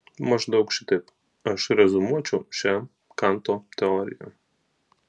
maždaug šitaip aš reziumuočiau šią kanto teoriją